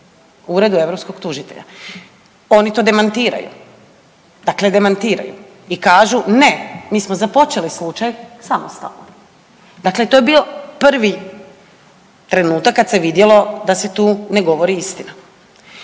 Uredu europskog tužitelja. Oni to demantiraju. Dakle, demantiraju i kažu ne, mi smo započeli slučaj samostalno. Dakle, to je bio prvi trenutak kad se vidjelo da se tu ne govori istina.